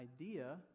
idea